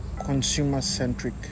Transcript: consumer-centric